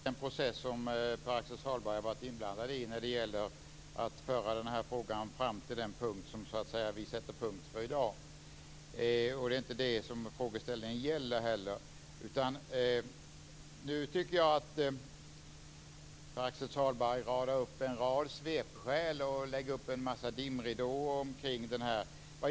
Fru talman! Jag har full respekt för den process Pär-Axel Sahlberg har varit inblandad i när det gäller att föra frågan fram till den position där vi sätter punkt i dag. Frågan gäller inte heller den saken. Pär-Axel Sahlberg radar upp en rad svepskäl och dimridåer kring detta.